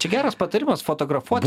čia geras patarimas fotografuot